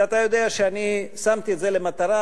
ואתה יודע שאני שמתי את זה למטרה,